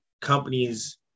companies